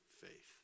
faith